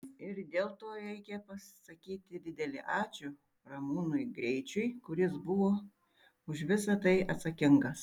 ir dėl to reikia pasakyti didelį ačiū ramūnui greičiui kuris buvo už visa tai atsakingas